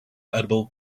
edible